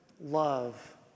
love